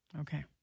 Okay